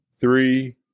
three